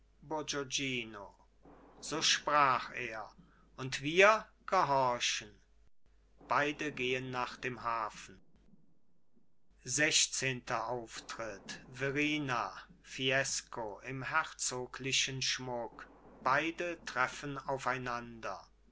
so sprach er und wir gehorchen beide gehen nach dem hafen sechszehnter auftritt verrina fiesco im herzoglichen schmuck beide treffen aufeinander